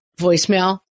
voicemail